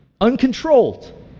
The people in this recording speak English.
Uncontrolled